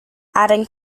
adding